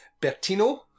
Bertino